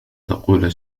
تقول